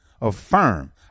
Affirm